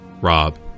Rob